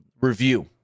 review